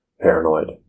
paranoid